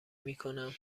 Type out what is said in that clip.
میکنم